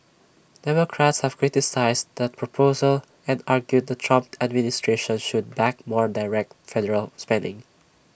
democrats have criticised that proposal and argued the Trump administration should back more direct federal spending